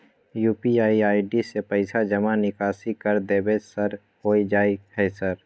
UPI ID से पैसा जमा निकासी कर देबै सर होय जाय है सर?